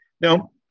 Now